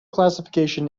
classification